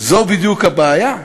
זו בדיוק הבעיה.